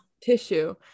tissue